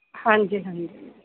ਹਾਂਜੀ ਹਾਂਜੀ